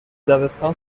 دبستان